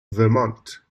vermont